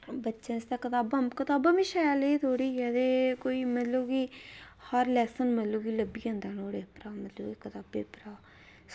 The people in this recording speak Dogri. ते बच्चें आस्तै कताबां कताबां बी शैल एह् थोह्ड़े ऐ की हर लैसन लब्भी जंदा नुहाड़े परा मतलब कि कताबै परा